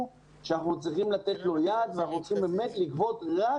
שאנחנו צריכים לתת לו יד ואנחנו צריכים באמת לגבות רק